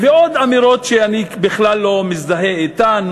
ועוד אמירות שאני בכלל לא מזדהה אתן,